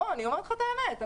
אני אומרת לך את האמת.